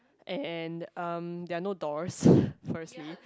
and um there are no doors firstly